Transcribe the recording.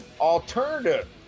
alternative